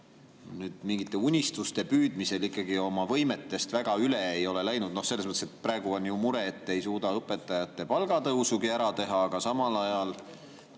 me mingite unistuste püüdmisel ikkagi oma võimetest väga üle ei ole läinud? Selles mõttes, et praegu on ju mure, et me ei suuda õpetajate palgatõusugi ära teha, aga samal ajal,